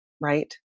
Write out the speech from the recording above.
Right